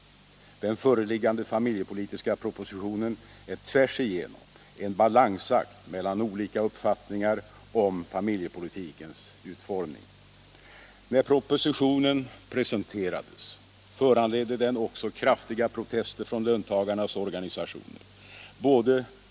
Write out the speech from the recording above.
Den föreliggande familjepolitiska propositionen är tvärs igenom en balansakt mellan helt olika uppfattningar om familjepolitikens utformning. När propositionen presenterades föranledde den också kraftiga protester från löntagarnas organisationer.